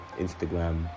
instagram